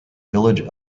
village